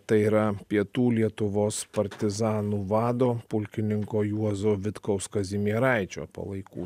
tai yra pietų lietuvos partizanų vado pulkininko juozo vitkaus kazimieraičio palaikų